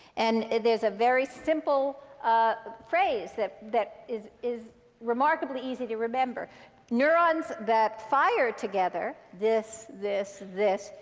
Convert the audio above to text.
and there's a very simple ah phrase that that is is remarkably easy to remember neurons that fire together this, this, this,